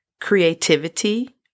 creativity